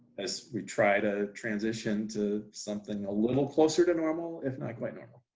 as we try to transition to something a little closer to normal, if not quite normal,